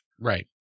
Right